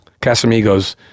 Casamigos